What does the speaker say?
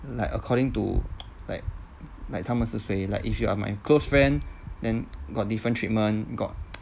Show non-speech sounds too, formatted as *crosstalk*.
like according to *noise* like like 他们是谁 like if you are my close friend then got different treatment got *noise*